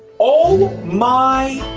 oh my